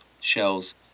shells